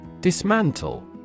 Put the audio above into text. dismantle